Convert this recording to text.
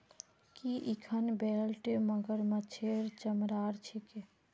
की इखन बेल्ट मगरमच्छेर चमरार छिके